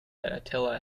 attila